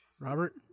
Robert